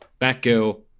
Batgirl